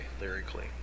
lyrically